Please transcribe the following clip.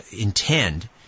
intend